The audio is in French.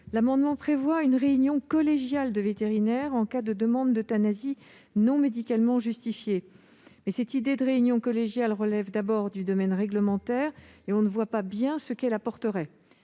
ainsi à prévoir une réunion collégiale de vétérinaires en cas de demande d'euthanasie non médicalement justifiée. La mise en oeuvre d'une réunion collégiale relève du domaine réglementaire. En outre, on ne voit pas bien ce qu'elle apporterait.